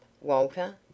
Walter